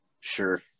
Sure